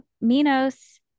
Minos